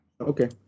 Okay